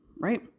right